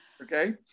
Okay